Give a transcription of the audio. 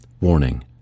Warning